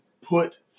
put